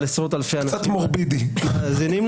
אבל עשרות אלפי אנשים מאזינים לזה.